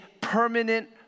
permanent